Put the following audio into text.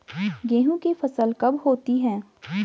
गेहूँ की फसल कब होती है?